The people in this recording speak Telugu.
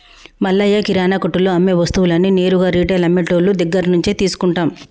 మల్లయ్య కిరానా కొట్టులో అమ్మే వస్తువులన్నీ నేరుగా రిటైల్ అమ్మె టోళ్ళు దగ్గరినుంచే తీసుకుంటాం